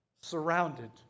surrounded